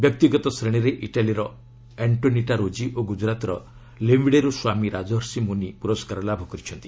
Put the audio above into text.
ବ୍ୟକ୍ତିଗତ ଶ୍ରେଣୀରେ ଇଟାଲୀର ଆଙ୍କୋନିଟା ରୋକି ଓ ଗୁଜରାତର ଲିୟଡିରୁ ସ୍ୱାମୀ ରାଜର୍ଷୀ ମୁନି ପୁରସ୍କାର ଲାଭ କରିଛନ୍ତି